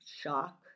shock